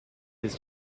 his